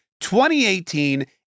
2018